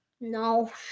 No